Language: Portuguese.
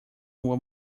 rua